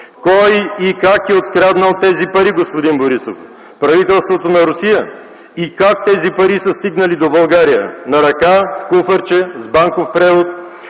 Кой и как е откраднал тези пари, господин Борисов? Правителството на Русия? И как тези пари са стигнали до България – на ръка, в куфарче, банков превод